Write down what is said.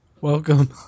welcome